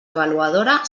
avaluadora